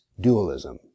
dualism